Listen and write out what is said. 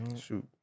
Shoot